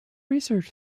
research